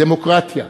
דמוקרטיה,